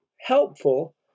helpful